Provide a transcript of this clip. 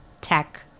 tech